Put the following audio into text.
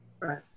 Right